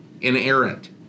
Inerrant